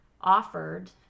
offered